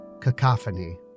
cacophony